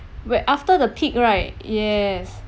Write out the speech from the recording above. where after the peak right yes